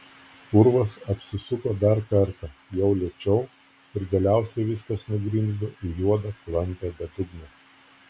urvas apsisuko dar kartą jau lėčiau ir galiausiai viskas nugrimzdo į juodą klampią bedugnę